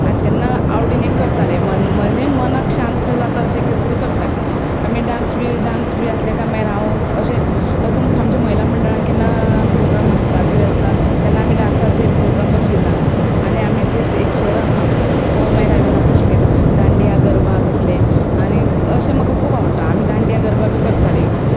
आनी तेन्ना आवडीन एक करतालें मन म्हजें मनाक शांत जाता तशें कितें तरी करतालें आमी डांस बी डांस बी आसले काय मागीर हांव अशें अजून पसून आमच्या महिला मंडळान केन्ना प्रोग्राम आसता कितें आसता तेन्ना आमी डांसाचे प्रोग्राम बसयता आनी आमी ते एक सर आसा आमचो तो मागीर येवन आमकां शिकयता दांडिया गरबा तसले आनी अशें म्हाका खूब आवडटा आमी दांडिया गरबा बी करतालीं